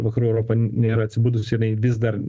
vakarų europa nėra atsibudusi jinai vis dar